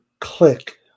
click